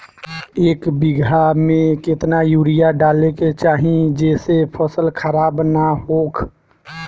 एक बीघा में केतना यूरिया डाले के चाहि जेसे फसल खराब ना होख?